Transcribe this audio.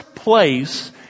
place